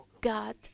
God